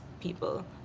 people